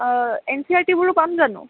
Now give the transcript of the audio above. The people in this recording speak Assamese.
এন চি আৰ টিবোৰো পাম জানোঁ